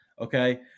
okay